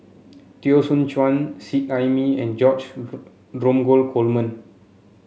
Teo Soon Chuan Seet Ai Mee and George Dromgold Coleman